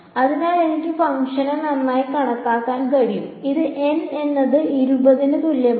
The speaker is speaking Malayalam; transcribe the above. അതിനാൽ എനിക്ക് ഫംഗ്ഷനെ നന്നായി കണക്കാക്കാൻ കഴിയും ഇത് N എന്നത് ഇരുപതിന് തുല്യമാണ്